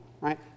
right